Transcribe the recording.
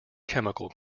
chemical